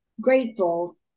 grateful